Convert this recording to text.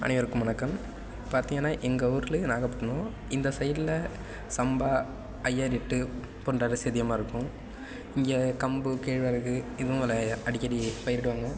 அனைவருக்கும் வணக்கம் இப்போ பார்த்திங்கன்னா எங்கள் ஊருலேயே நாகப்பட்டினம் இந்த சைடில் சம்பா ஐ ஆர் எட்டு போன்ற அரிசி அதிகமாக இருக்கும் இங்கே கம்பு கேழ்வரகு இதுவும் விளையும் அடிக்கடி பயிரிடுவாங்க